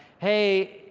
hey,